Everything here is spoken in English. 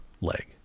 leg